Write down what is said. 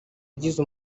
ugize